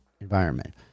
environment